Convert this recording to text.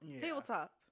Tabletop